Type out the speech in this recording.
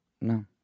No